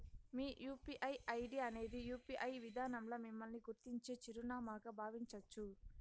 మీ UPI ID అనేది UPI విదానంల మిమ్మల్ని గుర్తించే చిరునామాగా బావించచ్చు